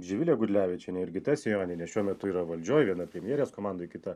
živilė gudlevičienė jurgita sejonienė šiuo metu yra valdžioj viena premjerės komandoj kita